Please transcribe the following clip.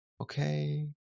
okay